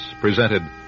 presented